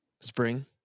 spring